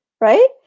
right